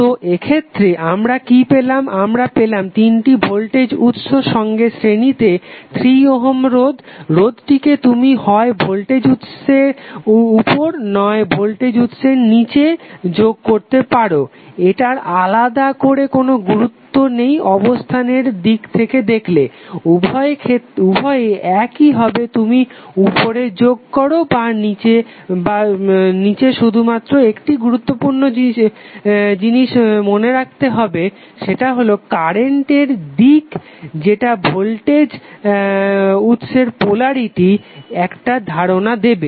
তো এক্ষেত্রে আমরা কি পেলাম আমরা পেলাম তিনটি ভোল্টেজ উৎস সঙ্গে শ্রেণীতে 3 ওহম রোধ রোধটিকে তুমি হয় ভোল্টেজ উৎসের উপরে নয় ভোল্টেজ উৎসের নিচে যোগ করতে পারো এটার আলাদা করে কোনো গুরুত্ত নেই অবস্থানের দিক থেকে দেখলে উভয়ই একই হবে তুমি উপরে যোগ করো বা নিচে শুধুমাত্র একটি গুরুত্বপূর্ণ জিনিস মনে রাখতে হবে সেটা হলো কারেন্টের দিক যেটা ভলেজ উৎসের পোলারিটির একটা ধারণা দেবে